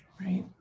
Right